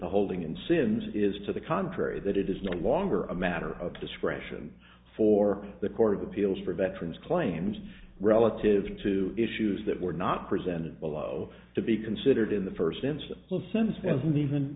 the holding in sims is to the contrary that it is no longer a matter of discretion for the court of appeals for veterans claims relative to issues that were not presented below to be considered in the first instance so since there isn't even